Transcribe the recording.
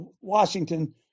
Washington –